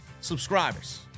subscribers